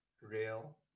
real